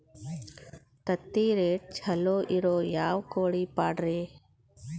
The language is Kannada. ತತ್ತಿರೇಟ್ ಛಲೋ ಇರೋ ಯಾವ್ ಕೋಳಿ ಪಾಡ್ರೇ?